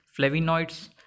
flavonoids